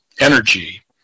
energy